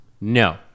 No